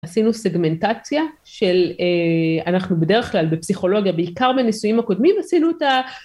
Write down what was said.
עשינו סגמנטציה של, אנחנו בדרך כלל בפסיכולוגיה, בעיקר בניסויים הקודמים עשינו את ה...